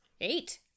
Eight